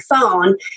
phone